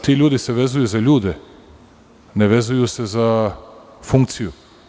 Ti ljudi se vezuju za ljude, ne vezuju se za funkciju.